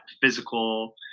physical